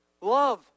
love